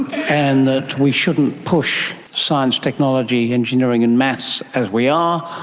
and that we shouldn't push science, technology, engineering and maths as we are,